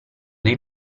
dei